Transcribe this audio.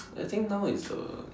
I think now is the